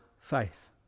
faith